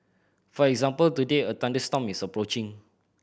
for example today a thunderstorm is approaching